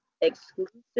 exclusive